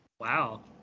Wow